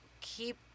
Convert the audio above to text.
keep